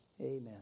amen